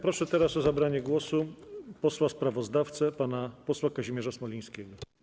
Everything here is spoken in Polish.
Proszę teraz o zabranie głosu posła sprawozdawcę pana Kazimierz Smolińskiego.